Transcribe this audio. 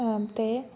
ते